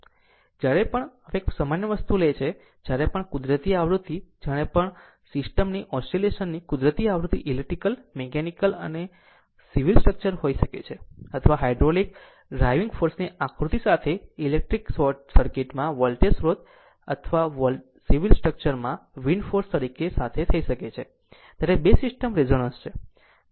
જ્યારે પણ હવે આ એક સામાન્ય વસ્તુ છે જ્યારે પણ કુદરતી આવૃત્તિ જ્યારે પણ સિસ્ટમની ઓસિલેશન ની કુદરતી આવૃત્તિ ઇલેક્ટ્રિકલ મિકેનિકલ અથવા સિવિલ સ્ટ્રક્ચર હોઈ શકે છે અથવા હાઇડ્રોલિક ડ્રાઇવિંગ ફોર્સની આવૃત્તિ સાથે ઇલેક્ટ્રિક સર્કિટમાં વોલ્ટેજ સ્ત્રોત અથવા સિવિલ સ્ટ્રક્ચરમાં વિન્ડ ફોર્સ વગેરે સાથે થઈ શકે છે ત્યારે 2 સિસ્ટમ રેઝોનન્સ છે